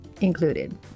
included